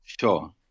Sure